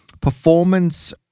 performance